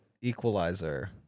equalizer